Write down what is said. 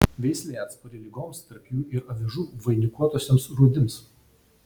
veislė atspari ligoms tarp jų ir avižų vainikuotosioms rūdims